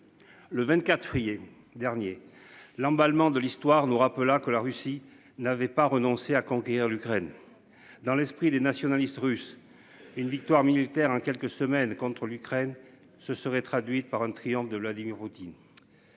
Le 24 février dernier. L'emballement de l'histoire nous rappela que la Russie n'avait pas renoncé à conquérir l'Ukraine. Dans l'esprit des nationalistes russes. Une victoire militaire en quelques semaines contre l'Ukraine se serait traduite par un triomphe de Vladimir Poutine.